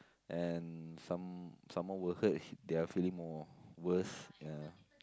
and some someone will hurt he their feeling more worse ya